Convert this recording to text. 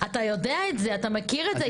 יודע את זה, אתה מכיר את זה.